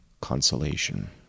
consolation